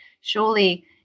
surely